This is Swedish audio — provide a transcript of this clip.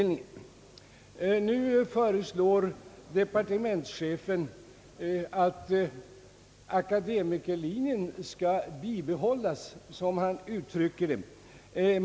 Nu föreslår departementschefen att akademikerlinjen skall bibehållas, som han uttrycker det.